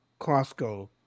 Costco